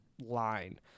line